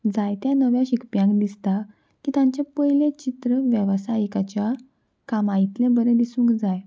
जायत्या नव्या शिकप्यांक दिसता की तांचें पयलें चित्र वेवसायकाच्या कामायतलें बरें दिसूंक जाय